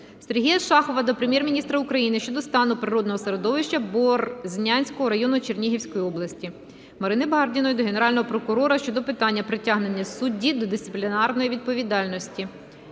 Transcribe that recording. Сергія Шахова до Прем'єр-міністра України щодо стану природного середовища Борзнянського району Чернігівської області. Марини Бардіної до Генерального прокурора щодо питання притягнення судді до дисциплінарної відповідальності.